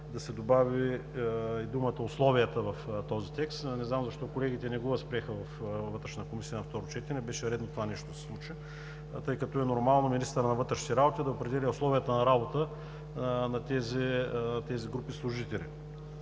да се добави и думата „условията“ в този текст. Не знам защо колегите не го възприеха във Вътрешната комисия на второ четене, а беше редно това нещо да се случи, тъй като е нормално министърът на вътрешните работи да определя и условията на работа на тези групи служители.